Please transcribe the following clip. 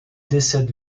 décède